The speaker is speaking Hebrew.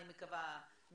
אני מקווה,